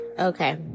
Okay